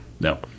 No